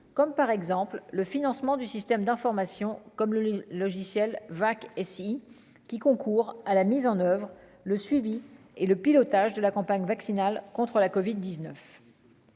comme par exemple le financement du système d'information comme le le logiciel et si qui concourt à la mise en oeuvre, le suivi et le pilotage de la campagne vaccinale contre la Covid 19.